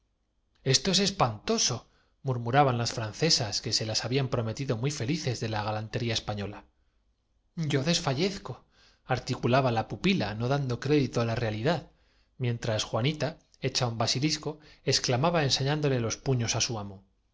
es espantoso murmuraban las francesas que se las habían prometido muy felices de la galan tería española yo desfallezco articulaba la pupila no dando crédito á la realidad mientras juanita hecha un basi lisco exclamaba enseñándole los puños á su amo